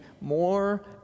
more